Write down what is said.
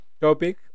topic